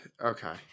okay